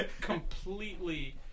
completely